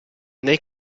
nei